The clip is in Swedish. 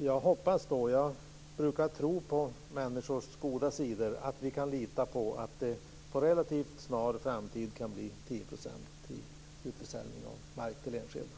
Jag hoppas - jag brukar tro på det goda i människorna - att vi kan lita på att det relativt snart kan bli en 10-procentig utförsäljning av mark till enskilda.